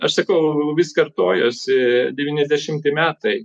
aš sakau vis kartojuosi devyniasdešimti metai